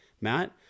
Matt